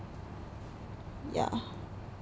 yeah